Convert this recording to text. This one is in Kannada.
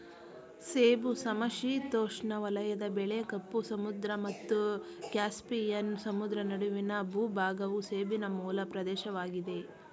ಸೇಬು ಸಮಶೀತೋಷ್ಣ ವಲಯದ ಬೆಳೆ ಕಪ್ಪು ಸಮುದ್ರ ಮತ್ತು ಕ್ಯಾಸ್ಪಿಯನ್ ಸಮುದ್ರ ನಡುವಿನ ಭೂಭಾಗವು ಸೇಬಿನ ಮೂಲ ಪ್ರದೇಶವಾಗಿದೆ